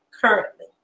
currently